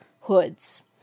hoods